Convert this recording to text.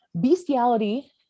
bestiality